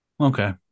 okay